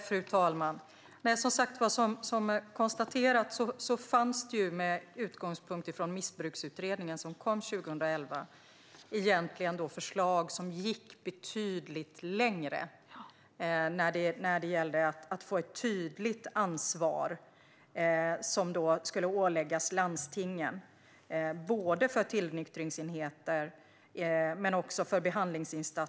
Fru talman! Som konstaterat fanns det ju, med utgångspunkt i den missbruksutredning som kom 2011, egentligen förslag som gick betydligt längre när det gäller att lägga ett tydligt ansvar på landstingen både för tillnyktringsenheter och behandlingsinsatser.